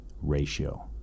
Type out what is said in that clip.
ratio